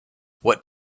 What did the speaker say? what